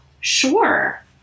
Sure